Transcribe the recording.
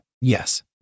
Yes